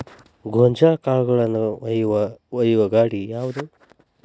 ಗೋಂಜಾಳ ಕಾಳುಗಳನ್ನು ಒಯ್ಯುವ ಗಾಡಿ ಯಾವದು?